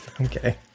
Okay